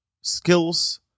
skills